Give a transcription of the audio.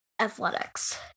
athletics